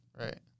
Right